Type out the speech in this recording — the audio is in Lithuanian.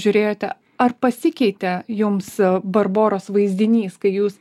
žiūrėjote ar pasikeitė jums barboros vaizdinys kai jūs